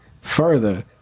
Further